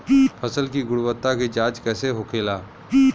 फसल की गुणवत्ता की जांच कैसे होखेला?